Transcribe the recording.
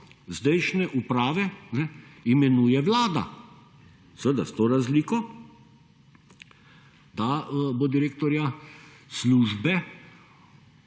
sedanje uprave imenuje Vlada seveda s to razliko, da bo direktorja službe